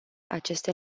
aceste